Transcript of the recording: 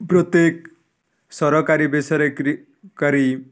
ପ୍ରତ୍ୟେକ ସରକାରୀ ବେସରକାରୀ କାରୀ